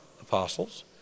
apostles